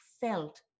felt